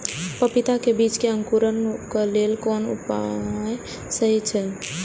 पपीता के बीज के अंकुरन क लेल कोन उपाय सहि अछि?